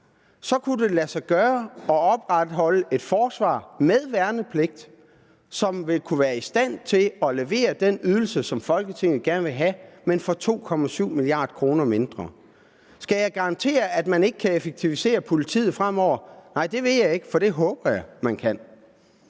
kunne det lade sig gøre at opretholde et forsvar med værnepligt, som vil være i stand til at levere den ydelse, som Folketinget gerne vil have, men 2,7 mia. kr. billigere. Skal jeg garantere, at man ikke vil effektivisere politiet fremover? Nej, det vil jeg ikke, for det håber jeg at man kan.